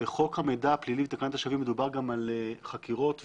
בחוק המידע הפלילי ותקנת השבים מדובר גם על חקירות ואישום,